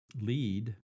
lead